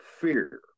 fear